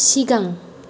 सिगां